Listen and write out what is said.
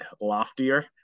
loftier